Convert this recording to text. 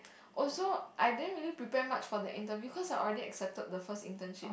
also I didn't really prepare much for the interview cause I've already accepted the first internship